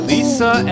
Lisa